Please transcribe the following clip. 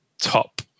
top